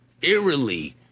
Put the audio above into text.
eerily